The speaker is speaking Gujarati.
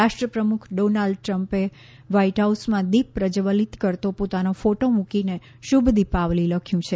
રાષ્ટ્રપ્રમુખ ડોનાલ્ડ ટ્રમ્પે વ્હાઈટ હાઉસમાં દીપ પ્રજ્જવલિત કરતો પોતાનો ફોટો મૂકીને શુભ દિપાવલી લખ્યું છે